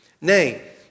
Nay